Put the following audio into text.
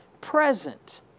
Present